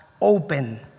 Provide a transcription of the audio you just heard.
open